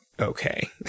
okay